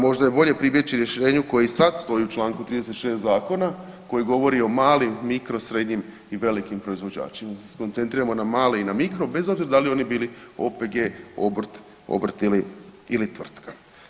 Možda je bolje pribjeći rješenju koji sad stoji u članku 36. zakona koji govori o malim, mikro, srednjim i velikim proizvođačima, da se skoncentriramo na male i na mikro bez obzira da li oni bili OPG, obrt ili tvrtka.